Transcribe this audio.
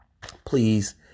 please